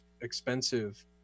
expensive